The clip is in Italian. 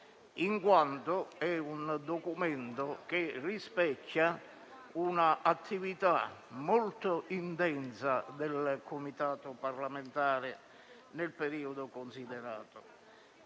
in quanto è un documento che rispecchia un'attività molto intensa del Comitato parlamentare nel periodo considerato.